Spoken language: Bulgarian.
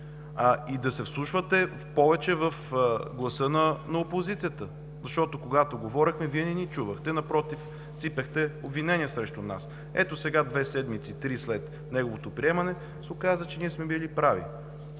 и да се вслушвате повече в гласа на опозицията. Защото когато говорехме, Вие не ни чувахте – напротив – сипехте обвинения срещу нас. Ето сега, две-три седмици след неговото приемане, се оказа, че сме били прави.